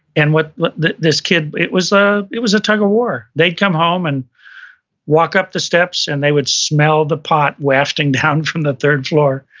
and what what this kid, it was a it was a tug of war. they'd come home and walk up the steps and they would smell the pot wafting down from the third floor.